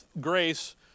grace